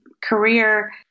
career